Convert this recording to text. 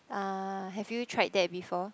ah have you tried that before